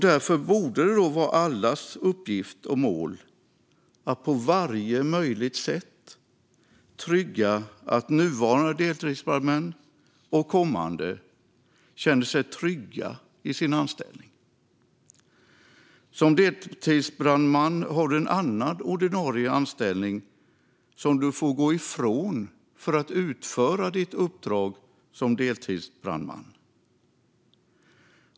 Därför borde det vara allas uppgift och mål att på varje möjligt sätt se till att nuvarande deltidsbrandmän och kommande känner sig trygga i sin anställning. Som deltidsbrandman har du en annan ordinarie anställning som du får gå ifrån för att utföra ditt uppdrag som deltidsbrandman.